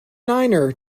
niner